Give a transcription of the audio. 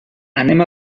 anem